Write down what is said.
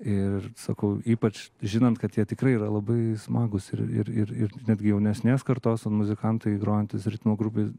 ir sakau ypač žinant kad jie tikrai yra labai smagūs ir ir ir netgi jaunesnės kartos muzikantai grojantys ritmo grupe